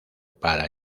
para